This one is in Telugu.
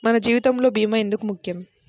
మన జీవితములో భీమా ఎందుకు ముఖ్యం?